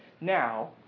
Now